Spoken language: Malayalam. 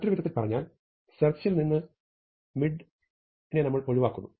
മറ്റൊരു വിധത്തിൽ പറഞ്ഞാൽ സെർച്ചിൽ നിന്ന് mid നെ നമ്മൾ ഒഴിവാക്കുന്നു